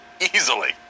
easily